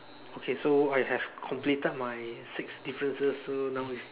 okay so I have completed my six differences so now it's